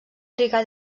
trigar